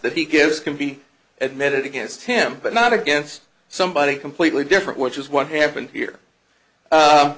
that he gives can be admitted against him but not against somebody completely different which is what happened here